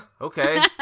Okay